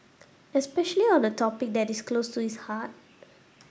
especially on a topic that is close to his heart